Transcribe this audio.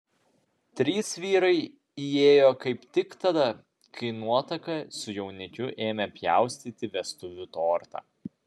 trys vyrai įėjo kaip tik tada kai nuotaka su jaunikiu ėmė pjaustyti vestuvių tortą